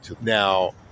Now